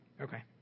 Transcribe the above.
Okay